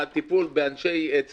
דרך אגב, זה נאמר.